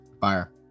fire